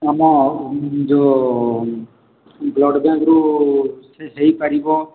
ଆମ ଯେଉଁ ବ୍ଲଡ଼୍ ବ୍ୟାଙ୍କରୁ ସେ ହେଇପାରିବ